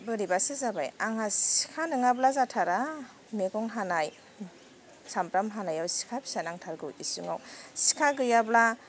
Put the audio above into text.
बोरैबासो जाबाय आंहा सिखा नङाब्ला जाथारा मैगं हानाय सामब्राम हानायाव सिखा फिसा नांथारगौ इसिङाव सिखा गैयाब्ला